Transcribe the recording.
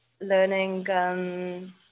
learning